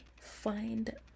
find